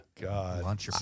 God